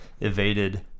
evaded